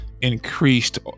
increased